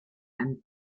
and